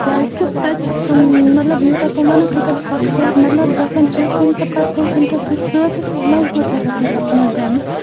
کیٛازِکہِ تَتہِ چھِ تِم مطلب یوٗتاہ تِم وَنَن تیوٗتاہ چھُ اَکھ پے مَطلب گَژھان پیشَنٹ پَتہٕ پیشَنٹَس یُس سۭتۍ چھِ سُہ چھِ مَجبوٗر گژھان تیٖتیٛاہ پونٛسہٕ دِنہٕ